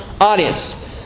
audience